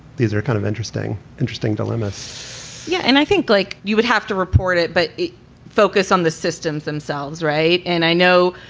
these are kind of interesting, interesting dilemmas yeah. and i think like you would have to report it, but focus on the systems themselves. right. and i know.